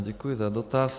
Děkuji za dotaz.